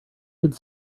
could